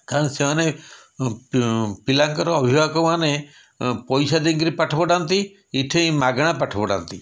କାରଣ ସେମାନେ ପିଲାଙ୍କର ଅଭିଭାବକମାନେ ଅଁ ପଇସା ଦେଇକିରି ପାଠପଢ଼ାନ୍ତି ଏଠି ମାଗଣା ପାଠ ପଢ଼ାନ୍ତି